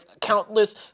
countless